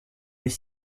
des